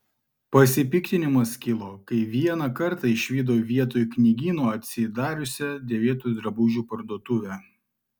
pasipiktinimas kilo kai vieną kartą išvydau vietoj knygyno atsidariusią dėvėtų drabužių parduotuvę